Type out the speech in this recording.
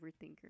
overthinker